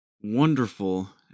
wonderful